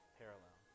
parallel